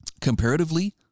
comparatively